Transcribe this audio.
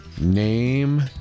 Name